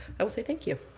i will say thank you.